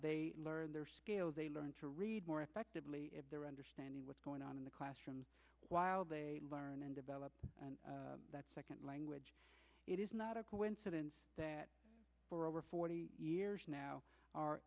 they learned their skills they learn to read more effectively if they're understanding what's going on in the classroom while they learn and develop that second language it is not a coincidence that for over forty years now our